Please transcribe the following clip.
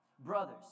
Brothers